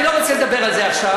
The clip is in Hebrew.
אני לא רוצה לדבר על זה עכשיו.